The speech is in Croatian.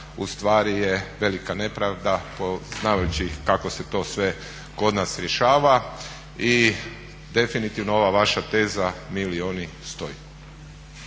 ustvari je velika nepravda, poznavajući kako se to sve kod nas rješava i definitivno ova vaša teza mi ili oni stoji.